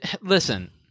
Listen